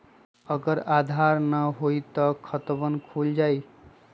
अगर आधार न होई त खातवन खुल जाई?